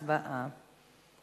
הצבעה.